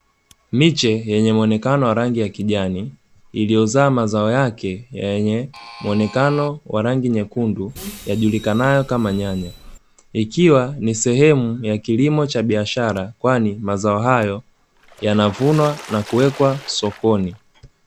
Miche yenye muonekano wa rangi ya kijani, iliyozaa mazao yake yenye muonekano wa rangi nyekundu yajulikanayo kama nyanya, ikiwa ni sehemu ya kilimo cha biashara kwani mazao hayo yanavunwa na kuwekwa sokoni.